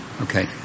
Okay